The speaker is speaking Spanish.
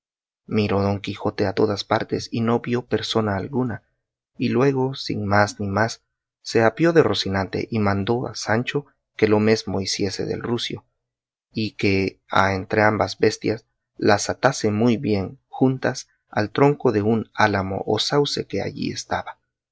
miró don quijote a todas partes y no vio persona alguna y luego sin más ni más se apeó de rocinante y mandó a sancho que lo mesmo hiciese del rucio y que a entrambas bestias las atase muy bien juntas al tronco de un álamo o sauce que allí estaba